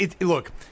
look